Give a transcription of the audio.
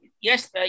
yes